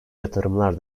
yatırımlar